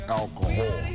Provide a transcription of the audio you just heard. alcohol